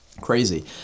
crazy